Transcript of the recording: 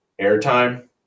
airtime